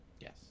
yes